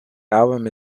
album